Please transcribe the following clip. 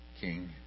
King